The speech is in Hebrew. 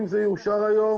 אם זה יאושר היום